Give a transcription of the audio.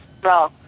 bro